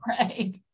Right